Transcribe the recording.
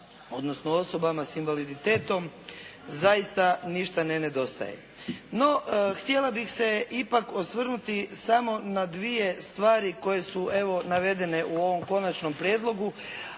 odnosno osobama s invaliditetom zaista ništa ne nedostaje. No, htjela bih se ipak osvrnuti samo na dvije stvari koje su evo navedene u ovom konačnom prijedlogu,